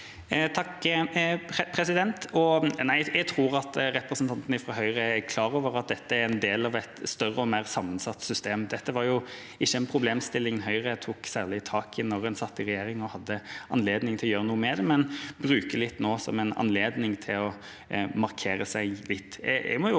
Jeg tror re- presentanten fra Høyre er klar over at dette er en del av et større og mer sammensatt system. Det var jo ikke en problemstilling Høyre tok særlig tak i da en satt i regjering og hadde anledning til å gjøre noe med det, men nå bruker en det som en anledning til å markere seg litt.